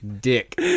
Dick